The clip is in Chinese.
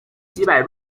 击败